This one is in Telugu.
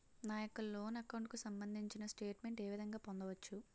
నా యెక్క లోన్ అకౌంట్ కు సంబందించిన స్టేట్ మెంట్ ఏ విధంగా పొందవచ్చు?